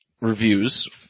reviews